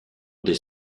des